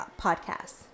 podcasts